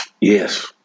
Yes